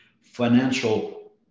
financial